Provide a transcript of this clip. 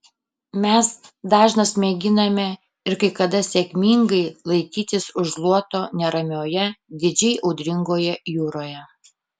mes dažnas mėginame ir kai kada sėkmingai laikytis už luoto neramioje didžiai audringoje jūroje